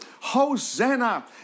Hosanna